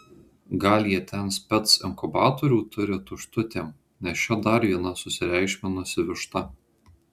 gal jie ten spec inkubatorių turi tuštutėm nes čia dar viena susireikšminusi višta